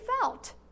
felt